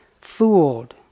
fooled